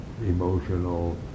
emotional